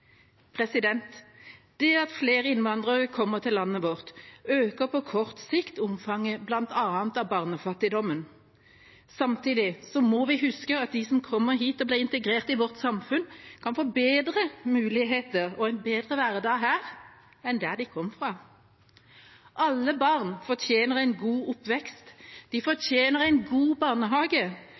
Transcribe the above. Det at flere innvandrere kommer til landet vårt, øker på kort sikt omfanget bl.a. av barnefattigdommen. Samtidig må vi huske at de som kommer hit og blir integrert i vårt samfunn, kan få bedre muligheter og en bedre hverdag her enn der de kom fra. Alle barn fortjener en god oppvekst. De fortjener en god barnehage